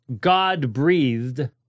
God-breathed